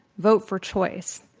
vote for choice.